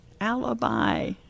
alibi